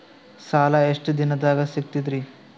ಸಾಲಾ ಎಷ್ಟ ದಿಂನದಾಗ ಸಿಗ್ತದ್ರಿ?